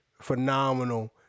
Phenomenal